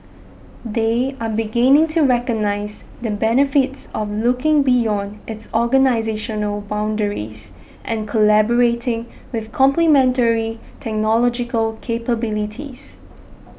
they are beginning to recognise the benefits of looking beyond its organisational boundaries and collaborating with complementary technological capabilities